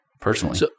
personally